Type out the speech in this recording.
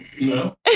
No